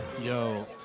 Yo